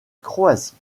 croatie